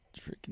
freaking